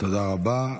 תודה רבה.